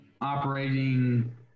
operating